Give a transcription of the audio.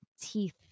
teeth